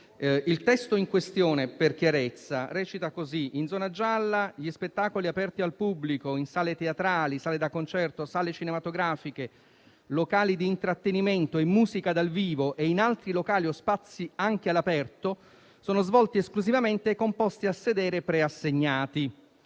Il testo in questione - per chiarezza - recita così: «In zona gialla, gli spettacoli aperti al pubblico in sale teatrali, sale da concerto, sale cinematografiche, locali di intrattenimento e musica dal vivo e in altri locali o spazi anche all'aperto, sono svolti esclusivamente con posti a sedere preassegnati».